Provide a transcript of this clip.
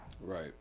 Right